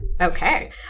Okay